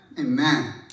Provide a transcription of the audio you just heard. amen